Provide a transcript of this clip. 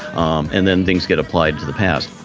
um and then things get applied to the past.